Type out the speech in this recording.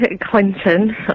Clinton